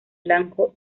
blanco